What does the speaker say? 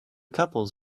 couples